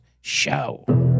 show